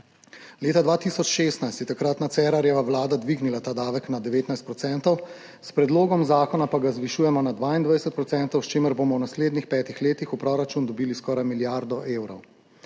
Leta 2016 je takratna Cerarjeva vlada dvignila ta davek na 19 % s predlogom zakona pa ga zvišujemo na 22 %, s čimer bomo v naslednjih petih letih v proračun dobili skoraj milijardo evrov.